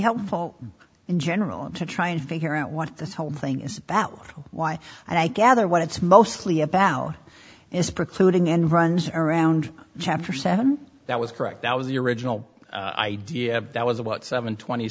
helpful in general to try and figure out what this whole thing is about why i gather what it's mostly about is precluding and runs around chapter seven that was correct that was the original idea that was about seven twenty